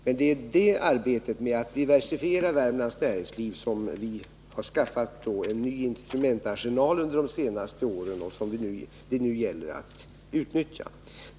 Men det är för arbetet att diversifiera Värmlands näringsliv som vi har skaffat en ny instrumentarsenal under de senaste åren som det nu gäller att utnyttja.